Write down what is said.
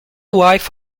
wife